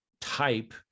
type